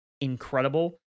incredible